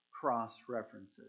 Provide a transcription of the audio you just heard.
cross-references